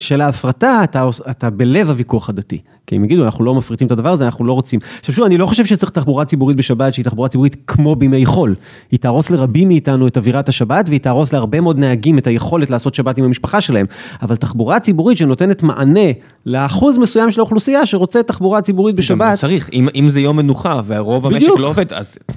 של ההפרטה, אתה בלב הוויכוח הדתי. כי אם יגידו, אנחנו לא מפריטים את הדבר הזה, אנחנו לא רוצים. עכשיו, שוב, אני לא חושב שצריך תחבורה ציבורית בשבת, שהיא תחבורה ציבורית כמו בימי חול. היא תהרוס לרבים מאיתנו את אווירת השבת, והיא תהרוס להרבה מאוד נהגים את היכולת לעשות שבת עם המשפחה שלהם. אבל תחבורה ציבורית שנותנת מענה לאחוז מסוים של האוכלוסייה שרוצה תחבורה ציבורית בשבת. צריך, אם זה יום מנוחה והרוב המשק לא עובד, אז...